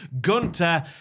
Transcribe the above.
gunter